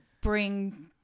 bring